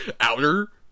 Outer